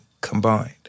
combined